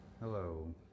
Hello